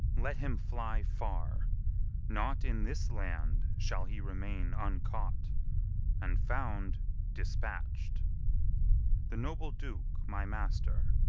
let him fly far not in this land shall he remain uncaught and found dispatch'd the noble duke my master,